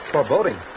Foreboding